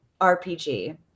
RPG